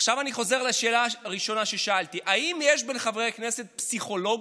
עכשיו אני חוזר לשאלה הראשונה ששאלתי: האם יש בין חברי כנסת פסיכולוגים?